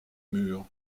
mur